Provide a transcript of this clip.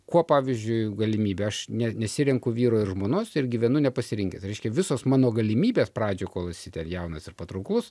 kuo pavyzdžiui galimybė aš ne nesirenku vyro ir žmonos ir gyvenu nepasirinkęs reiškia visos mano galimybės pradžioj kol esi ten jaunas ir patrauklus